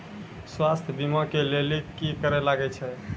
स्वास्थ्य बीमा के लेली की करे लागे छै?